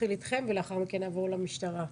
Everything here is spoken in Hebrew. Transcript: נתחיל איתכם ולאחר מכן נעבור למשטרה.